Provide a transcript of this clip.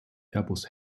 airbus